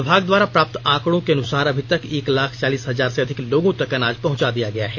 विभाग द्वारा प्राप्त आंकडो के अनुसार अभी तक एक लाख चालीस हजार से अधिक लोगों तक अनाज पहंचा दिया गया है